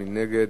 מי נגד?